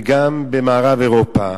וגם במערב-אירופה,